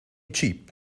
cheap